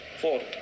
fourth